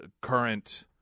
current